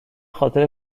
خاطر